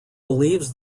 believes